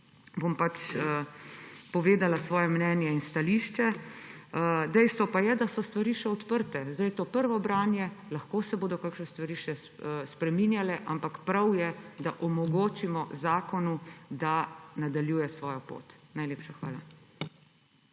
bom povedala svoje mnenje in stališče, dejstvo pa je, da so stvari še odprte. Zdaj je to prvo branje, lahko se bodo kakšne stvari še spreminjale, ampak prav je, da omogočimo zakonu, da nadaljuje svojo pot. Najlepša hvala.